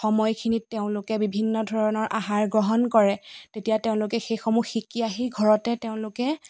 সময়খিনিত তেওঁলোকে বিভিন্ন ধৰণৰ আহাৰ গ্ৰহণ কৰে তেতিয়া তেওঁলোকে সেইসমূহ শিকি আহি ঘৰতে তেওঁলোকে